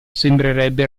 sembrerebbe